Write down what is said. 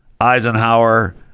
Eisenhower